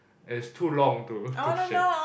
and it's too long to to share